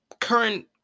current